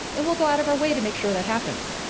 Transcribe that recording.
and we'll go out of our way to make sure that happens.